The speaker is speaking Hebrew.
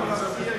גם להסיר,